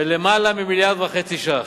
בלמעלה ממיליארד וחצי ש"ח.